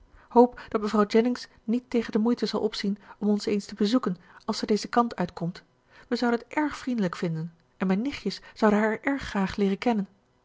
hoop dat mevrouw jennings niet tegen de moeite zal opzien om ons eens te bezoeken als zij dezen kant uitkomt we zouden t erg vriendelijk vinden en mijn nichtjes zouden haar erg graag leeren kennen